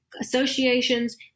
associations